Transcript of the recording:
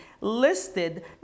listed